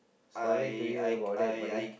sorry to hear about that buddy